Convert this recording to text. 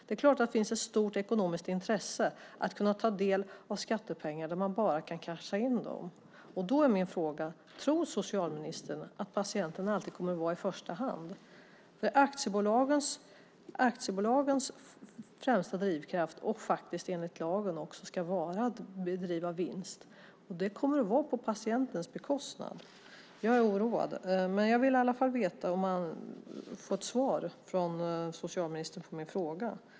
Det är klart att det finns ett stort ekonomiskt intresse av att kunna ta del av skattepengar där man bara kan "casha in" dem. Då är min fråga: Tror socialministern att patienten alltid kommer att komma i första hand? Aktiebolagens främsta drivkraft ska faktiskt enligt lagen vara att driva vinst. Det kommer att ske på patientens bekostnad. Jag är oroad. Jag vill i alla fall få ett svar från ministern på min fråga.